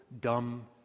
dumb